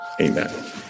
Amen